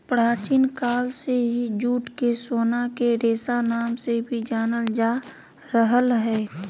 प्राचीन काल से ही जूट के सोना के रेशा नाम से भी जानल जा रहल हय